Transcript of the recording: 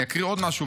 אני אקריא עוד משהו,